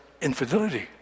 infidelity